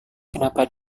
kenapa